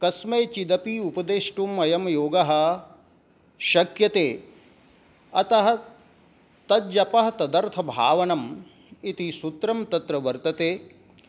कस्मैचिदपि उपदेष्टुम् अयं योगः शक्यते अतः तज्जपः तदर्थभावनम् इति सूत्रं तत्र वर्तते